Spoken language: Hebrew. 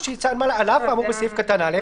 "על אף האמור בסעיף קטן (א),